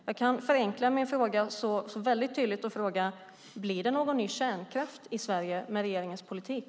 Jag kan förenkla min fråga och göra den ännu tydligare: Blir det någon ny kärnkraft i Sverige med regeringens politik?